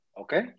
okay